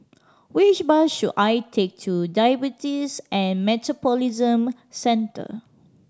which bus should I take to Diabetes and Metabolism Centre